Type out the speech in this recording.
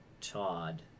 Todd